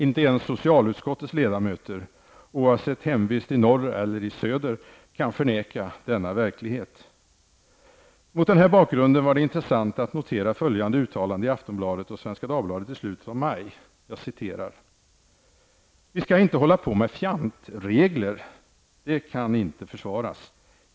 Inte ens socialutskottets ledamöter, oavsett hemvist i norr eller i söder, kan förneka denna verklighet! Mot denna bakgrund var det intressant att notera följande uttalande i Aftonbladet och Svenska Dagbladet i slutet av maj. Jag citerar: ''Vi skall inte hålla på med fjantregler, det kan inte försvaras.